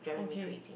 okay